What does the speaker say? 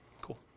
Cool